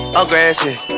aggressive